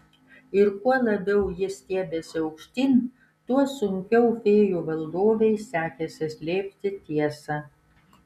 ir kuo labiau ji stiebėsi aukštyn tuo sunkiau fėjų valdovei sekėsi slėpti tiesą